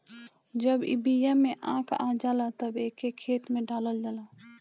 जब ई बिया में आँख आ जाला तब एके खेते में डालल जाला